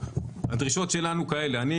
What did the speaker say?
הדרישות שלנו הן כאלה,